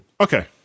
Okay